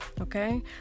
okay